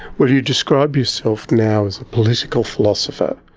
well, you describe yourself now as a political philosopher.